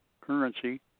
currency